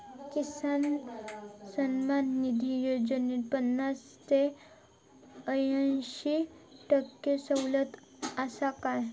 किसान सन्मान निधी योजनेत पन्नास ते अंयशी टक्के सवलत आसा काय?